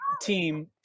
team